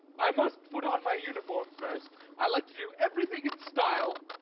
i must put on my uniform first. i like to do everything in style.